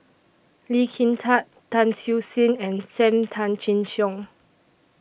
Lee Kin Tat Tan Siew Sin and SAM Tan Chin Siong